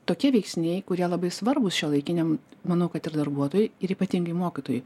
tokie veiksniai kurie labai svarbūs šiuolaikiniam manau kad ir darbuotojui ir ypatingai mokytojui